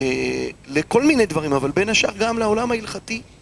לכל מיני דברים, אבל בין השאר גם לעולם ההלכתי.